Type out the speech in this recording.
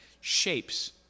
shapes